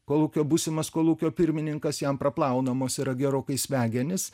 kolūkio būsimas kolūkio pirmininkas jam praplaunamos yra gerokai smegenys